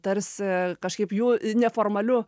tarsi kažkaip jų neformaliu